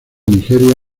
nigeria